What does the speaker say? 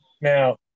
Now